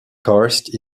karst